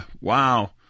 wow